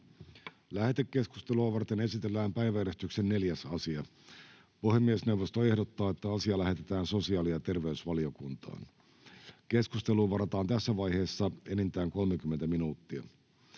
Lähetekeskustelua varten esitellään päiväjärjestyksen 3. asia. Puhemiesneuvosto ehdottaa, että asia lähetetään sosiaali- ja terveysvaliokuntaan. Keskusteluun varataan tässä vaiheessa enintään 30 minuuttia.